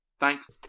Thanks